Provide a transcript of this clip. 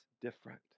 different